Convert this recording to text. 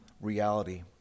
reality